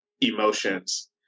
emotions